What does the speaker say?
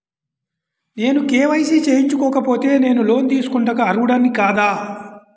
నేను కే.వై.సి చేయించుకోకపోతే నేను లోన్ తీసుకొనుటకు అర్హుడని కాదా?